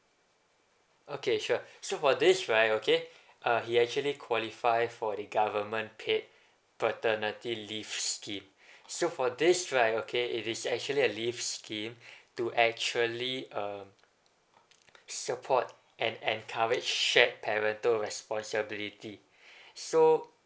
okay sure so for this right okay uh he actually qualify for the government paid paternity leave scheme so for this right okay it is actually a leave scheme to actually uh support and encourage shared parental responsibility so